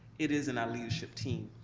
it is in our leadership team.